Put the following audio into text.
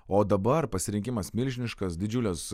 o dabar pasirinkimas milžiniškas didžiulės